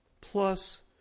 plus